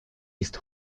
ist